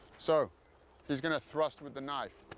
so he's gonna thrust with the knife.